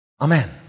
Amen